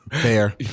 Fair